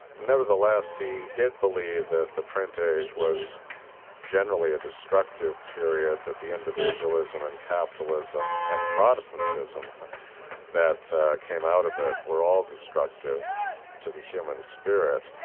nevertheless, he did believe that the print age was generally a destructive period, that the individualism and capitalism and protestantism that came out of it were all destructive to the human spirit.